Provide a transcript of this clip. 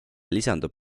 lisandub